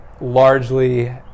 largely